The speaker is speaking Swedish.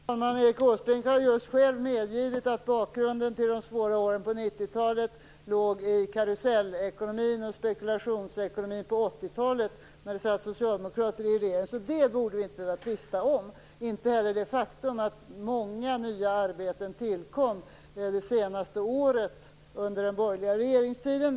Herr talman! Erik Åsbrink har just själv medgivit att bakgrunden till de svåra åren under 90-talet låg i karusellekonomin och spekulationsekonomin under 80-talet, när det satt socialdemokrater i regeringen. Därför borde vi inte behöva tvista om det. Vi borde inte heller behöva tvista om det faktum att många nya arbeten tillkom det sista året under den borgerliga regeringstiden.